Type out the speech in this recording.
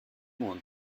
want